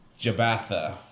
Jabatha